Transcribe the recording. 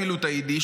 אפילו תעידי,